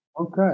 Okay